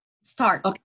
start